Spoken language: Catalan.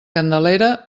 candelera